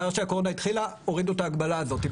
מאז שהקורונה התחילה, הורידו את ההגבלה הזאת.